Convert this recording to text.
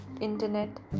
internet